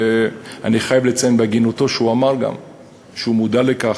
אני חייב לציין שבהגינותו הוא גם אמר שהוא מודע לכך